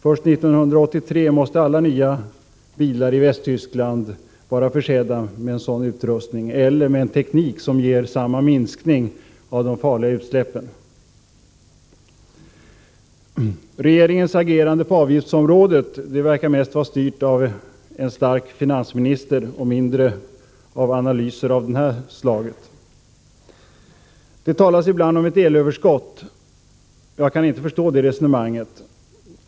Först 1989 måste alla nya bilar i Västtyskland vara försedda med en sådan utrustning eller med en teknik som ger samma minskning av de farliga utsläppen. Regeringens agerande på avgiftsområdet verkar mest vara styrt av en stark finansminister och mindre av analyser av detta slag. Det talas ibland om ett elöverskott. Jag kan inte förstå det resonemanget.